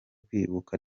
kwibuka